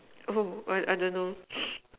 oh I I don't know